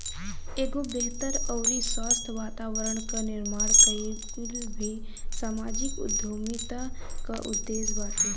एगो बेहतर अउरी स्वस्थ्य वातावरण कअ निर्माण कईल भी समाजिक उद्यमिता कअ उद्देश्य बाटे